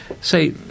say